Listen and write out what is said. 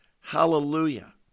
hallelujah